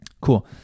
cool